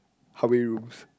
how many rooms